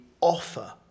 offer